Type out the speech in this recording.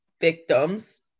victims